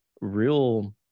real